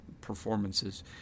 performances